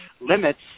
limits